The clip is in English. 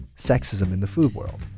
sexism in the food world.